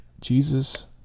Jesus